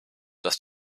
dass